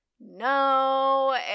no